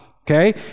okay